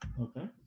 Okay